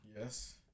Yes